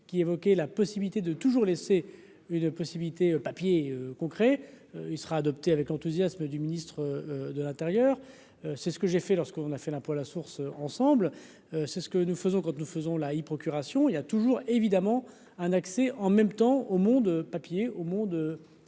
qui évoquait la possibilité de toujours laisser une possibilité papier concret, il sera adopté avec enthousiasme du ministre de l'Intérieur, c'est ce que j'ai fait, lorsqu'on a fait l'impôt à la source, ensemble, c'est ce que nous faisons quand nous faisons la y'procuration il y a toujours évidemment un accès en même temps au monde papier au monde